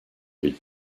riz